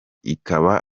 ikaba